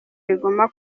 riguma